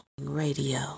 Radio